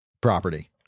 property